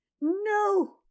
No